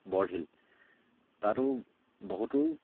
বৰশিল তাতো বহুতো